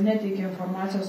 neteikia informacijos